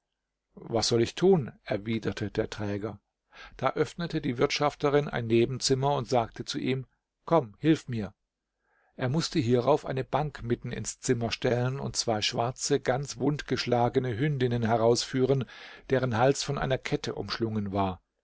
was soll ich tun erwiderte der träger da öffnete die wirtschafterin ein nebenzimmer und sagte zu ihm komm hilf mir er mußte hierauf eine bank mitten ins zimmer stellen und zwei schwarze ganz wund geschlagene hündinnen herausführen deren hals von einer kette umschlungen war